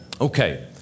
okay